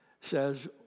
says